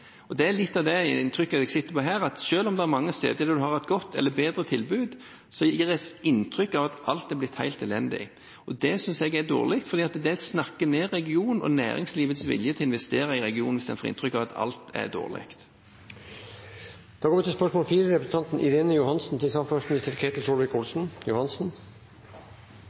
og kjefte på regjeringen! Det er litt av det inntrykket jeg sitter med her, at selv om man mange steder har fått et godt eller bedre tilbud, gis det inntrykk av at alt har blitt helt elendig. Det synes jeg er dårlig. For det snakker ned regionen, og dermed næringslivets vilje til å investere i regionen, hvis en får inntrykk av at alt er dårlig. Jeg tillater meg å stille samferdselsministeren følgende spørsmål,